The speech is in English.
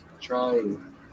Trying